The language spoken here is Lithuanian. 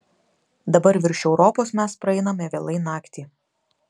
dabar virš europos mes praeiname vėlai naktį